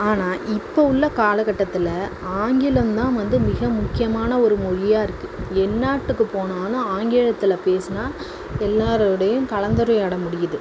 ஆனால் இப்போது உள்ள காலகட்டத்தில் ஆங்கிலம்தான் வந்து மிக முக்கியமான ஒரு மொழியாக இருக்குது எந்நாட்டுக்கு போனாலும் ஆங்கிலத்தில் பேசினா எல்லாேரோடையும் கலந்துரையாட முடியுது